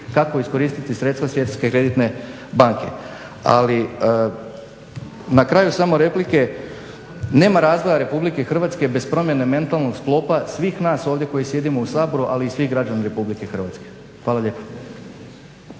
kako iskoristiti sredstva Svjetske kreditne banke. Ali, na kraju samo replike nema razvoja Republike Hrvatske bez promjene mentalnog sklopa svih nas ovdje koji sjedimo u Saboru ali i svih građana Republike Hrvatske. Hvala lijepo.